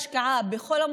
זו השקעה בסטודנטים שלנו,